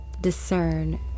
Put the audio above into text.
discern